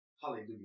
Hallelujah